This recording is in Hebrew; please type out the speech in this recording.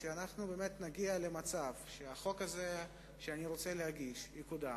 כשנגיע למצב שהחוק הזה שאני רוצה להגיש יקודם,